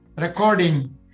recording